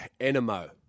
Enemo